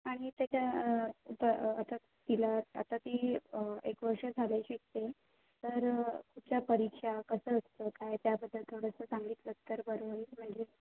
आणि त्याच्या आता तिला आता ती एक वर्ष झालं शिकते आहे तर त्या परीक्षा कसं असतं आहे त्याबद्दल थोडंसं सांगितलंत तर बरं होईल म्हणजे